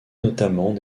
notamment